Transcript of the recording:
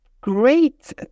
great